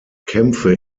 kämpfe